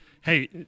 Hey